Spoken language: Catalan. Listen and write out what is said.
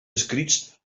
escrits